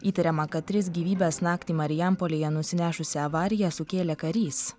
įtariama kad tris gyvybes naktį marijampolėje nusinešusią avariją sukėlė karys